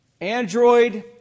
Android